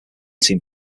seems